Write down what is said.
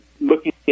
looking